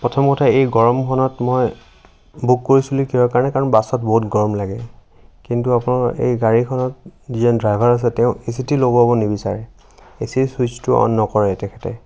প্ৰথম কথা এই গৰমখনত মই বুক কৰিছিলোঁ কিহৰ কাৰণে কাৰণ বাছত বহুত গৰম লাগে কিন্তু আপোনাৰ এই গাড়ীখনত যিজন ড্ৰাইভাৰ আছে তেওঁ এ চি টো লগাব নিবিচাৰে এ চি ৰ চুইছটো অন নকৰে তেখেতে